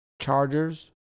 Chargers